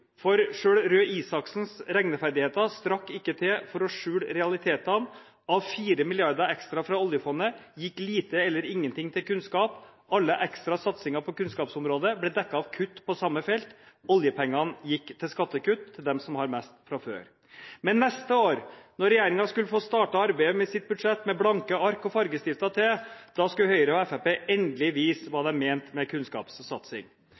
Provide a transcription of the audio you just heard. For selv statsråd Røe Isaksens regneferdigheter strakk ikke til for å skjule realitetene – av 4 mrd. kr ekstra fra oljefondet gikk lite eller ingenting til kunnskap. Alle ekstra satsinger på kunnskapsområdet ble dekket av kutt på samme felt. Oljepengene gikk til skattekutt til dem som har mest fra før. Men året etter, da regjeringen skulle få starte arbeidet med sitt budsjett med blanke ark og fargestifter til, skulle Høyre og Fremskrittspartiet endelig vise hva de mente med kunnskapssatsing.